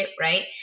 right